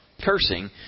Cursing